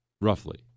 roughly